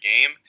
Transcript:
game